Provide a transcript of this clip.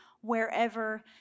wherever